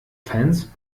fans